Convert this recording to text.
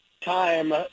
time